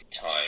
time